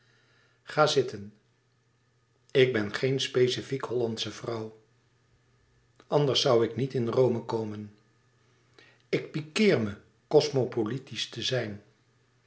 ga zitten ik ben geen specifiek hollandsche vrouw anders zoû ik niet in rome komen ik piqueer me cosmopolitisch te zijn